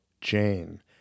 Jane